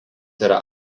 yra